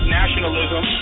nationalism